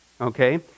Okay